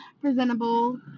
presentable